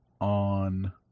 on